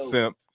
Simp